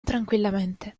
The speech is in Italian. tranquillamente